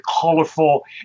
colorful